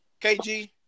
KG